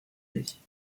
sich